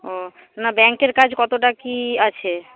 ও না ব্যাংকের কাজ কতটা কী আছে